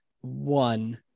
one